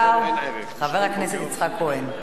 חבר הכנסת יצחק כהן.